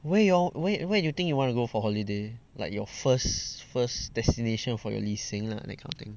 where you all where do you think you want to go for holiday like your first first destination for your 旅行 lah that kind of thing